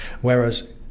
whereas